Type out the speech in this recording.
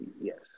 Yes